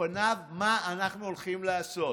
בפניו מה אנחנו הולכים לעשות,